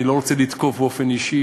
אני לא רוצה לתקוף באופן אישי,